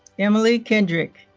emily kendrick